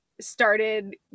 started